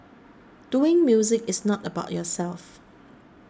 doing music is not about yourself